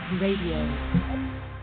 Radio